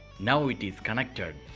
now it is connected.